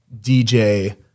DJ